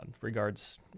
regards